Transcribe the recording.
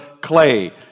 clay